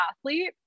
athlete